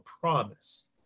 promise